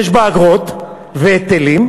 יש בה אגרות והיטלים,